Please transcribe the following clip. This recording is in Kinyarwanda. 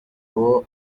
uwo